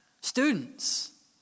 Students